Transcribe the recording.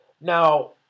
Now